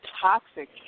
toxic